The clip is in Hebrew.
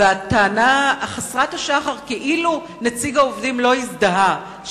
והטענה חסרת השחר כאילו נציג העובדים לא הזדהה,